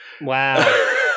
Wow